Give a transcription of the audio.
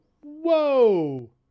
whoa